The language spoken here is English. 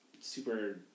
super